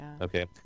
Okay